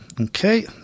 Okay